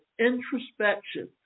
introspection